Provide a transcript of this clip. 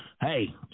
Hey